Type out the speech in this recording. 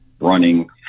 running